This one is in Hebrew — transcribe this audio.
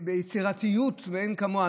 ביצירתיות שאין כמוה,